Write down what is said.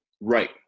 Right